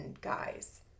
guys